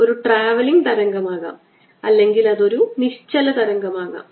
ഒരു ട്രാവലിംഗ് തരംഗമാകാം അല്ലെങ്കിൽ അത് ഒരു നിശ്ചല തരംഗമാകാം